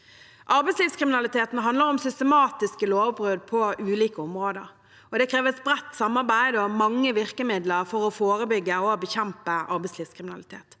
Arbeidslivskriminaliteten handler om systematiske lovbrudd på ulike områder. Det kreves bredt samarbeid og mange virkemidler for å forebygge og bekjempe arbeidslivskriminalitet.